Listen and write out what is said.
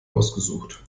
ausgesucht